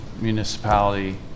municipality